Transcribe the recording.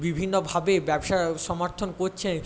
বিভিন্ন ভাবে ব্যবসা সমর্থন করছে